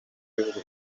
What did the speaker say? ibihugu